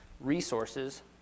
resources